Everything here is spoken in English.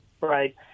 Right